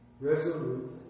resolute